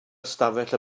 ystafell